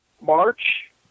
March